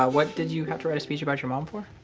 ah what did you have to write a speech about your mom for?